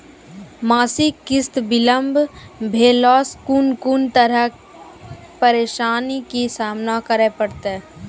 मासिक किस्त बिलम्ब भेलासॅ कून कून तरहक परेशानीक सामना करे परतै?